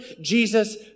Jesus